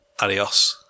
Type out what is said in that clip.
Adios